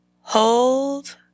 hold